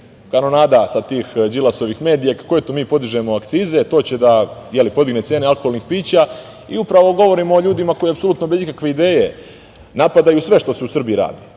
kanonada sa tih Đilasovih medija, kako eto , mi podižemo akcize, to će da podigne cene alkoholnih pića i upravo govorimo o ljudima koji apsolutno bez ikakve ideje napadaju sve što se u Srbiji radi. Mi